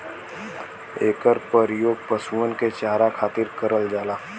एकर परियोग पशुअन के चारा खातिर करल जाला